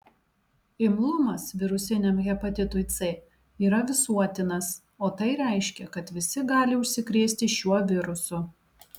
imlumas virusiniam hepatitui c yra visuotinas o tai reiškia kad visi gali užsikrėsti šiuo virusu